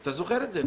אתה זוכר את זה.